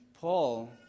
Paul